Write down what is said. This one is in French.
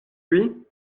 lui